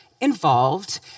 involved